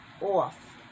off